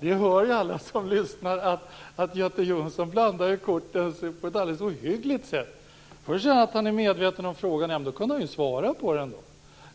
Fru talman! Alla som lyssnar hör att Göte Jonsson blandar korten på ett alldeles ohyggligt sätt. Först säger han att han är medveten om frågan. Då kunde han ju svarat på den.